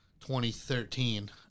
2013